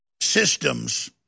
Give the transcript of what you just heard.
systems